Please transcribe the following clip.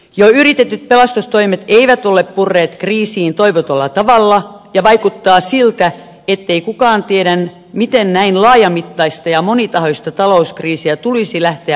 jo yritetyt pelastustoimet eivät ole purreet kriisiin toivotulla tavalla ja vaikuttaa siltä ettei kukaan tiedä miten näin laajamittaista ja monitahoista talouskriisiä tulisi lähteä purkamaan